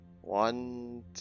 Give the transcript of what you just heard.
One